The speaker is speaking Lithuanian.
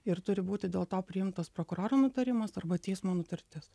ir turi būti dėl to priimtas prokuroro nutarimas arba teismo nutartis